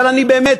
אבל באמת,